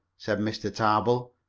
said mr. tarbill.